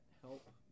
help